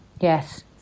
yes